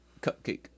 Cupcake